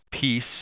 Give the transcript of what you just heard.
peace